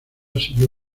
siguió